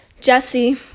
jesse